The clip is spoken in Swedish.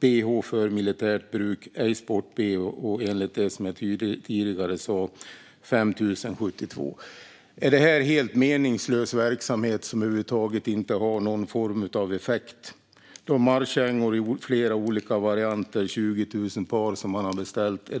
Behå för militärt bruk, ej sportbehå enligt det jag tidigare sa - 5 072. Är detta helt meningslös verksamhet som över huvud taget inte har någon form av effekt? Man har beställt 20 000 par marschkängor i flera olika varianter